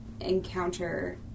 encounter